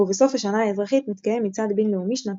ובסוף השנה האזרחית מתקיים מצעד בין-לאומי שנתי.